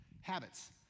Habits